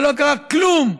ולא קרה כלום,